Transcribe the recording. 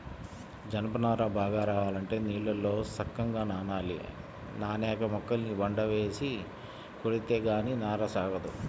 జనప నార బాగా రావాలంటే నీళ్ళల్లో సక్కంగా నానాలి, నానేక మొక్కల్ని బండకేసి కొడితే గానీ నార సాగదు